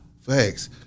Facts